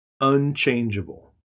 unchangeable